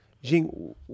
Jing